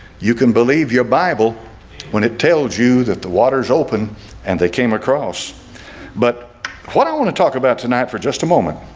you can believe your bible when it tells you that the water is open and they came across but what i want to talk about tonight for just a moment